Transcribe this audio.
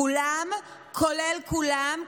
כולם כולל כולם,